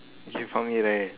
okay for me right